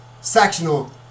sectional